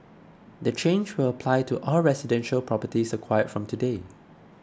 the change will apply to all residential properties acquired from today